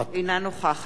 רחל אדטו,